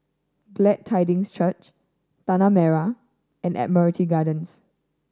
Glad Tidings Church Tanah Merah and Admiralty Gardens